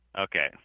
Okay